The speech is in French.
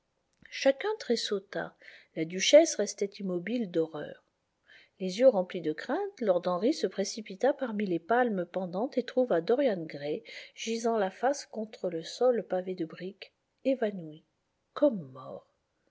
chacun tressauta la duchesse restait immobile d'horreur les yeux remplis de crainte lord henry se précipita parmi les palmes pendantes et trouva dorian gray gisant la face contre le sol pavé de briques évanoui comme mort